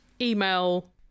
email